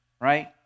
right